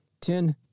ten